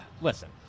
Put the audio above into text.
listen